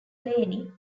blaney